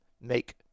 make